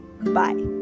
Bye